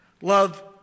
Love